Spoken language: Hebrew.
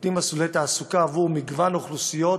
נותנים מסלולי תעסוקה למגוון קבוצות אוכלוסייה,